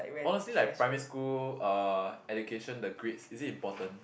honestly like primary school uh education the grades is it important